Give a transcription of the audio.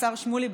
השר שמולי,